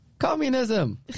Communism